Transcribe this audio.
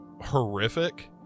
horrific